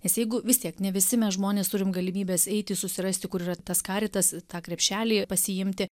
nes jeigu vis tiek ne visi mes žmonės turim galimybes eiti susirasti kur yra tas karitas tą krepšelį pasiimti